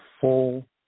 full